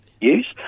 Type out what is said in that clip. use